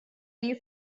new